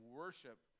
worship